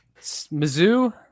Mizzou